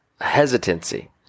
hesitancy